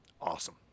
awesome